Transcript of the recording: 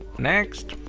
next.